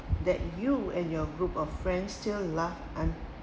that you and your group of friends still laugh un~